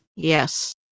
Yes